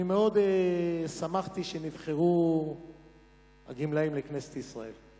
מאוד שמחתי שהגמלאים נבחרו לכנסת ישראל.